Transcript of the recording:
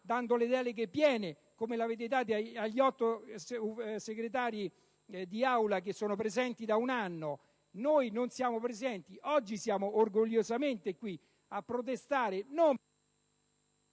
dando le deleghe piene come le avete date agli otto Segretari d'Aula presenti da un anno. Noi non siamo presenti ed oggi siamo orgogliosamente qui a protestare